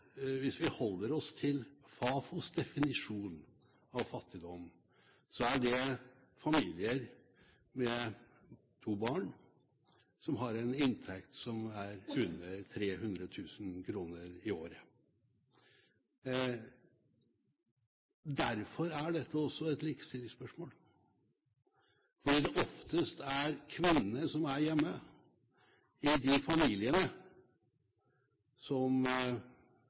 Hvis vi holder oss til Fafos definisjon av fattigdom, er familier med to barn som har en inntekt under 300 000 kr i året, fattige. Derfor er dette også et likestillingsspørsmål, for det er oftest kvinnene som er hjemme i de familiene som